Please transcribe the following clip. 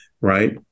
right